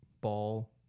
ball